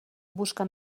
busca